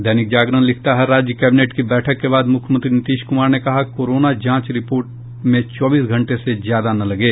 दैनिक जागरण लिखता है राज्य कैबिनेट की बैठक के बाद मुख्यमंत्री नीतीश कुमार ने कहा कोरोना जांच रिपोर्ट में चौबीस घंटे से ज्यादा न लगे